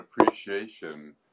appreciation